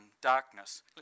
darkness